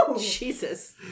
Jesus